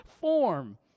form